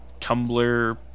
Tumblr